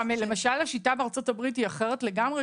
למשל השיטה בארצות הברית היא אחרת לגמרי,